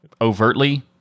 overtly